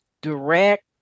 direct